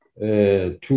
two